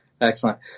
Excellent